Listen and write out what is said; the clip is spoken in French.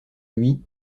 lui